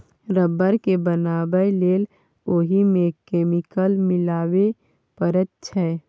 rubber केँ बनाबै लेल ओहि मे केमिकल मिलाबे परैत छै